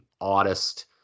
oddest